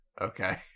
Okay